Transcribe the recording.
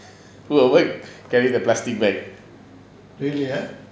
avoid carrying plastic bag